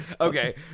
Okay